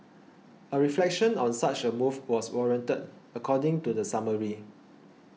a reflection on such a move was warranted according to the summary